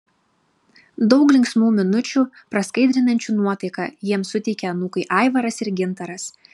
daug linksmų minučių praskaidrinančių nuotaiką jiems suteikia anūkai aivaras ir gintaras